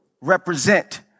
represent